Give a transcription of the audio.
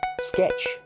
Sketch